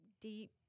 deep